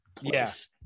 yes